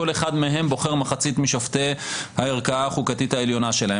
כל אחד מהם בוחר מחצית משופטי הערכאה החוקתית העליונה שלהם.